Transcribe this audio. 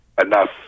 enough